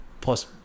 plus